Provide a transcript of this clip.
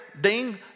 Ding